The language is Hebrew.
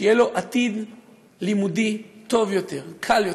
שיהיה לו עתיד לימודי טוב יותר, קל יותר,